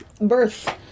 Birth